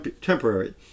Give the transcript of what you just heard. temporary